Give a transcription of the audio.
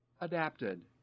adapted